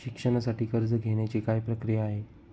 शिक्षणासाठी कर्ज घेण्याची काय प्रक्रिया आहे?